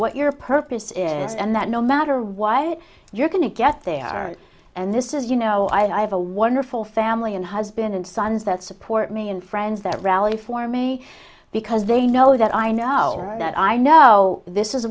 what your purpose is and that no matter why you're going to get there and this is you know i have a wonderful family and husband and sons that support me and friends that rally for me because they know that i know that i know this is